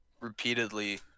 repeatedly